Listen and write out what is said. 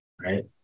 Right